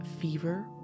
fever